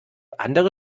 andere